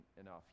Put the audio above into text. enough